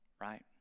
Right